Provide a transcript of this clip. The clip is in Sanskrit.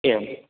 एवम्